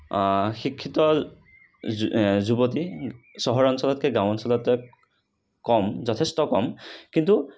শিক্ষিত যু যুৱতী চহৰ অঞ্চলতকৈ গাওঁ অঞ্চলতে কম যথেষ্ট কম কিন্তু